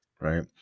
Right